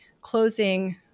closing